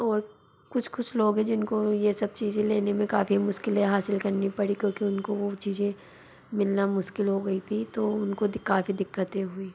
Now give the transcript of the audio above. और कुछ कुछ लोग है जिन को ये सब चीज़ें लेने में काफ़ी मुश्किलें हासिल करनी पड़ी क्योंकि उनको वो चीज़ें मिलना मुश्किल हो गई थी तो उनको दिक काफ़ी दिक्कतें हुई